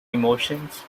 emotions